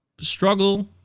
struggle